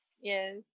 Yes